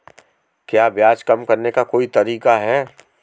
क्या ब्याज कम करने का कोई तरीका है?